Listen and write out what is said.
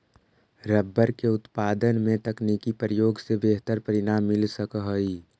rubber के उत्पादन में तकनीकी प्रयोग से बेहतर परिणाम मिल सकऽ हई